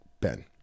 Ben